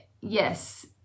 Yes